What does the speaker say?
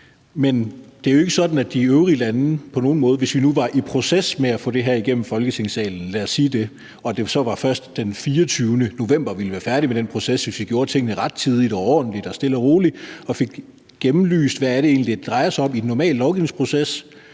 os det her rettidigt. Men lad os sige, at vi nu var i proces med at få det her igennem Folketingssalen og det så først var den 24. november, vi ville være færdige med den proces, hvis vi gjorde tingene rettidigt og ordentligt og stille og roligt og fik gennemlyst, hvad det egentlig er, det drejer sig om i den normale lovgivningsproces,